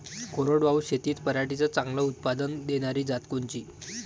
कोरडवाहू शेतीत पराटीचं चांगलं उत्पादन देनारी जात कोनची?